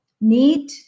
need